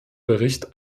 bericht